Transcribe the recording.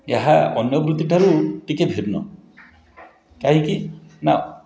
ଏହା ଅନ୍ୟ ବୃତ୍ତିଠାରୁ ଟିକିଏ ଭିନ୍ନ କାହିଁକି ନା